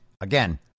again